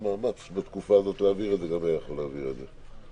להעביר את זה, גם לא יכול היה להעביר את זה.